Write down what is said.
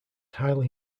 highly